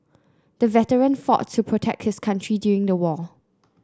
the veteran fought to protect his country during the war